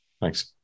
Thanks